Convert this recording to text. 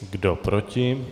Kdo proti?